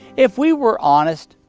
if we were honest,